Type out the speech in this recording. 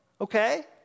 Okay